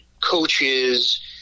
coaches